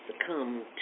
succumb